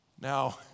Now